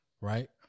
Right